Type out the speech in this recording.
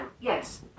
Yes